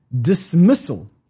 dismissal